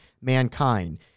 mankind